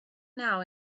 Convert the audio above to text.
now